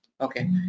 okay